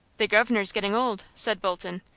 the governor's getting old, said bolton.